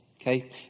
Okay